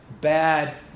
bad